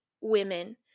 women